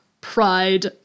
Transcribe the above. pride